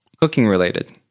Cooking-related